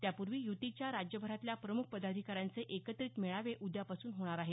त्यापूर्वी युतीच्या राज्यभरातल्या प्रमुख पदाधिकाऱ्यांचे एकत्रित मेळावे उद्यापासून होणार आहेत